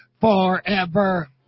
forever